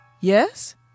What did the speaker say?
Yes